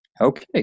Okay